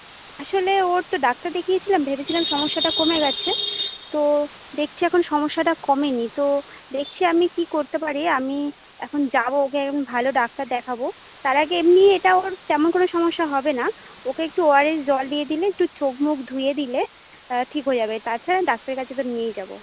আসলে ওর তো ডাক্তার দেখিয়েছিলাম ভেবেছিলাম সমস্যাটা কমে গেছে তো দেখছি এখন সমস্যাটা কমে নি তো দেখছি আমি কি করতে পারি আমি এখন যাব ওকে ভালো ডাক্তার দেখাবো তার আগে এমনি এটা ওর তেমন করে সমস্যা হবে না ওকে একটু ওআরএস জল দিয়ে দিলে একটু চোখ মুখ ধুয়ে দিলে ঠিক হয়ে যাবে তাছাড়া ডাক্তারের কাছে তো নিয়েই যাব